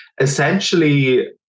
essentially